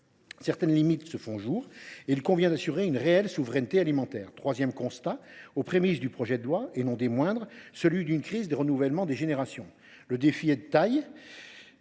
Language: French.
Certaines limites se font jour et il convient d’assurer une réelle souveraineté alimentaire. Le troisième constat qui est aux prémices du projet de loi – il n’est pas de moindre importance – concerne la crise de renouvellement des générations. Le défi est de taille.